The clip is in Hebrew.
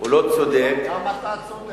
צודק במאה אחוז.